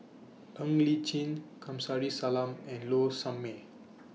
Ng Li Chin Kamsari Salam and Low Sanmay